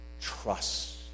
trust